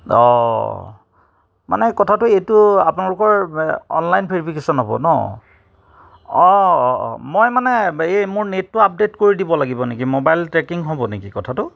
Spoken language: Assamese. অঁ মানে কথাটো এইটো আপোনালোকৰ অনলাইন ভেৰিফিকেশ্যন হ'ব ন অঁ অঁ মই মানে এ মোৰ নেটতো আপডে'ট কৰি দিব লাগিব নেকি মোবাইল ট্ৰেকিং হ'ব নেকি কথাটো